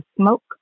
smoke